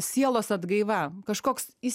sielos atgaiva kažkoks jis